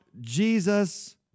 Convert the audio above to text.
Jesus